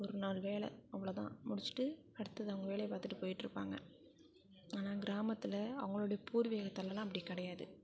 ஒரு நாள் வேலை அவ்ளோ தான் முடிச்சிவிட்டு அடுத்தது அவங்க வேலையை பார்த்துட்டு போய்ட்டுருப்பாங்க ஆனால் கிராமத்தில் அவங்களோட பூர்வீகத்துலலாம் அப்படி கிடையாது